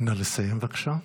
נא לסיים, בבקשה.